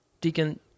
Deacon